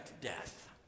death